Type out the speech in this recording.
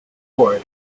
reward